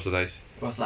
subsidise